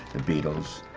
the beatles.